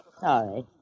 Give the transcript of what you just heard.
Sorry